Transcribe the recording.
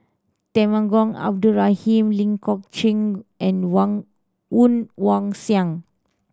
Temenggong Abdul Rahman Ling Geok Choon and wong Woon Wah Siang